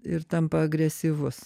ir tampa agresyvus